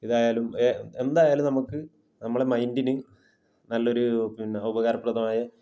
ഇതായാലും എന്തായാലും നമുക്ക് നമ്മളെ മൈന്ഡിന് നല്ലൊരൂ പിന്നെ ഉപകാരപ്രദമായ